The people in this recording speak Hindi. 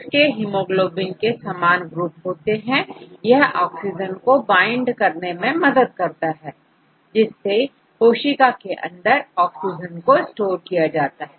इसमें हीमोग्लोबिन के समान ग्रुप होते हैं यह ऑक्सीजन को bind करने में मदद करते हैं जिससे कोशिका के अंदर ऑक्सीजन को स्टोर किया जाता है